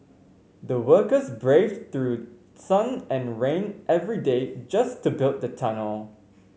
the workers braved through sun and rain every day just to build the tunnel